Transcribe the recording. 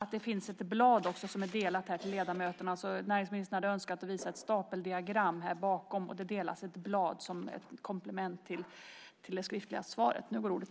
Jag vill meddela att det finns ett blad utdelat till ledamöterna. Näringsministern hade önskat att få visa ett stapeldiagram här bakom. Det har delats ut ett blad som komplement till det skriftliga svaret.